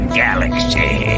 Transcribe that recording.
galaxy